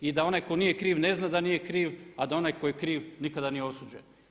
I da onaj tko nije kriv ne zna da nije kriv, a da onaj tko je kriv nikada nije osuđen.